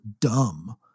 dumb